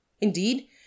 Indeed